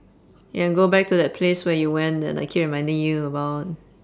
you can go back to that place where you went that I keep reminding you about